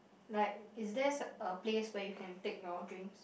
like is there su~ a place where you can take your drinks